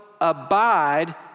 abide